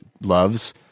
loves